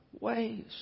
ways